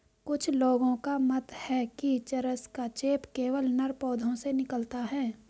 कुछ लोगों का मत है कि चरस का चेप केवल नर पौधों से निकलता है